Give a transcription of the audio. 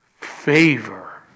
favor